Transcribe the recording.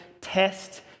test